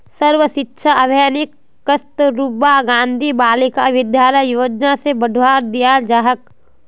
सर्व शिक्षा अभियानक कस्तूरबा गांधी बालिका विद्यालय योजना स बढ़वा दियाल जा छेक